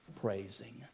praising